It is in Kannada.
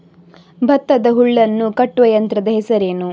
ಭತ್ತದ ಹುಲ್ಲನ್ನು ಕಟ್ಟುವ ಯಂತ್ರದ ಹೆಸರೇನು?